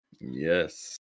Yes